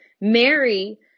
Mary